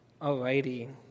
Alrighty